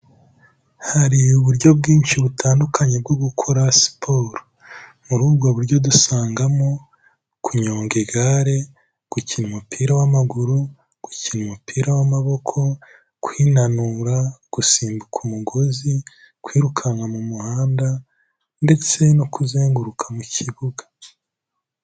Hari uburyo bwinshi butandukanye bwo gukora siporo, muri ubwo buryo dusangamo kunyonga igare, gukina umupira w'amaguru, gukina umupira w'amaboko, kwinanura, gusimbuka umugozi, kwirukanka mu muhanda ndetse no kuzenguruka mu kibuga.